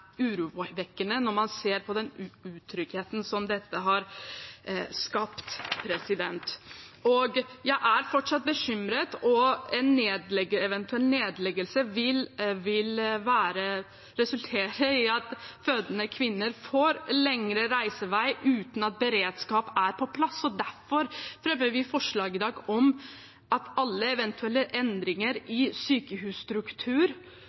urovekkende når man ser på den utryggheten som dette har skapt. Jeg er fortsatt bekymret, for en eventuell nedleggelse vil resultere i at fødende kvinner får lengre reisevei uten at beredskap er på plass. Derfor fremmer vi forslag i dag om at alle eventuelle endringer